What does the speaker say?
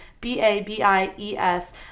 B-A-B-I-E-S